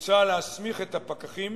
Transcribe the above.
מוצע להסמיך את הפקחים